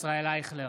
ישראל אייכלר,